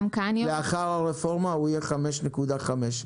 לאחר הרפורמה הוא יהיה 5.5 שקלים.